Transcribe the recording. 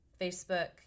Facebook